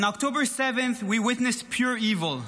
On October 7th we witnessed pure evil.